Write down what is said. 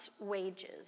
wages